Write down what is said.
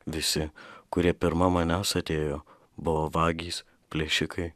visi kurie pirma manęs atėjo buvo vagys plėšikai